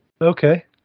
okay